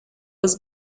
was